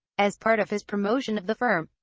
as part of his promotion of the firm,